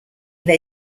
they